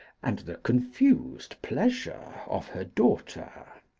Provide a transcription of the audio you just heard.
and the confused pleasure of her daughter.